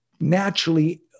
naturally